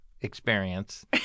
experience